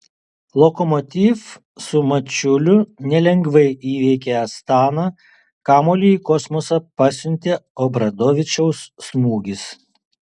lokomotiv su mačiuliu nelengvai įveikė astaną kamuolį į kosmosą pasiuntė obradovičiaus smūgis